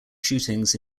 shootings